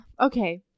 Okay